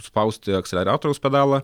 spausti akseleratoriaus pedalą